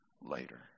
later